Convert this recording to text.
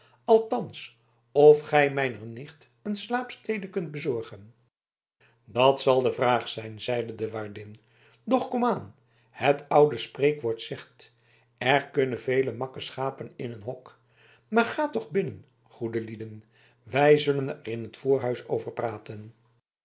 althans of gij mijner nicht een slaapstede kunt bezorgen dat zal de vraag zijn zeide de waardin doch komaan het oude spreekwoord zegt er kunnen vele makke schapen in een hok maar gaat toch binnen goede lien wij zullen er in t voorhuis over praten